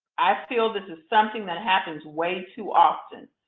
i feel this is something that happens way too often.